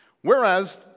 Whereas